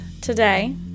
today